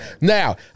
Now